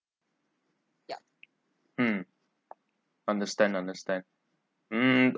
mm understand understand mm